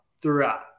throughout